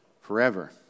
forever